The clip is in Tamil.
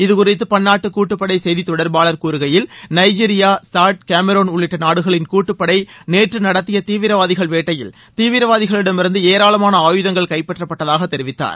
இது குறித்து பன்னாட்டு கூட்டுப்படை செய்தி தொடர்பாளர் கூறுகையில் நைஜிரியா சாட் கேமரோன் உள்ளிட்ட நாடுகளின் கூட்டுப்படை நேற்று நடத்திய தீவிரவாதிகள் வேட்டையில் தீவிரவாதிகளிடமிருந்து ஏராளமான ஆயுதங்கள் கைப்பற்றப்பட்டதாக தெரிவித்தார்